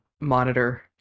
monitor